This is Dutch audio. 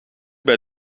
bij